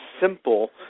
simple